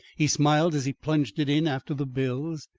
he smiled as he plunged it in after the bills.